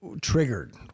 triggered